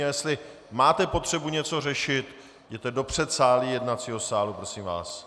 Jestli máte potřebu něco řešit, jděte do předsálí jednacího sálu, prosím vás!